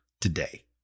today